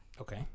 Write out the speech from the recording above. Okay